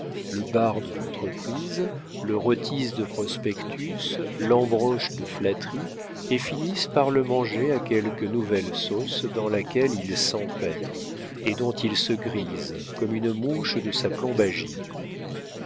le bardent d'entreprises le rôtissent de prospectus l'embrochent de flatteries et finissent par le manger à quelque nouvelle sauce dans laquelle il s'empêtre et dont il se grise comme une mouche de sa plombagine